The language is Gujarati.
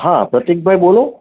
હા પ્રતિકભાઈ બોલો